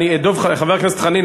חבר הכנסת חנין,